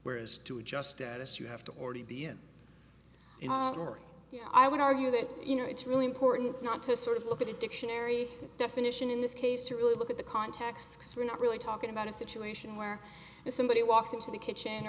where is to adjust status you have to already be in henri i would argue that you know it's really important not to sort of look at a dictionary definition in this case to really look at the context because we're not really talking about a situation where somebody walks into the kitchen